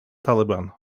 taliban